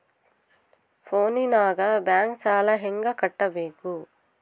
ಫೋನಿನಾಗ ಬ್ಯಾಂಕ್ ಸಾಲ ಹೆಂಗ ಕಟ್ಟಬೇಕು?